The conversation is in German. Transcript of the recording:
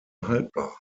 haltbar